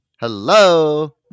Hello